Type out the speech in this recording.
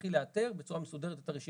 להתחיל לאתר בצורה מסודרת את הרשימות.